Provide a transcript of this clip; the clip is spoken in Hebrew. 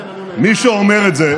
מי שאומר את זה,